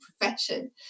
profession